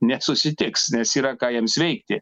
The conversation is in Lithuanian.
nesusitiks nes yra ką jiems veikti